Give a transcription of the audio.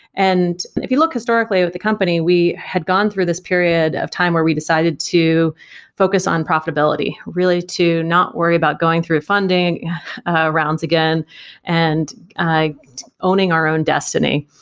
and and if you look historically with the company, we had gone through this period of time where we decided to focus on profitability, really to not worry about going through funding rounds again and owning our own destiny.